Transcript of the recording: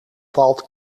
valt